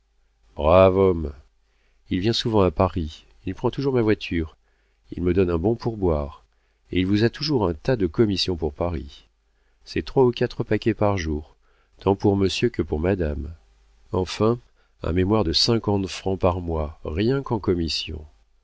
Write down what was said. brave homme il vient souvent à paris il prend toujours ma voiture il me donne un bon pourboire et il vous a toujours un tas de commissions pour paris c'est trois ou quatre paquets par jour tant pour monsieur que pour madame enfin un mémoire de cinquante francs par mois rien qu'en commissions